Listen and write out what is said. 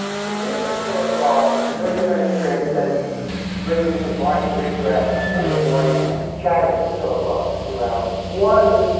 to interview philip roth was a very different experience than bringing him barney greengrass on a sunday morning and chatting with philip roth for two hours. one,